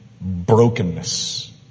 brokenness